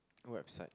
what website